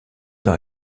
dans